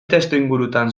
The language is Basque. testuingurutan